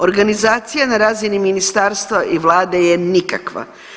Organizacija na razini Ministarstva i Vlade je nikakva.